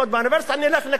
אני אלך לנקות בבית-חולים.